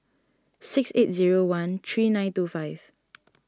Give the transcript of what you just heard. six eight zero one three nine two five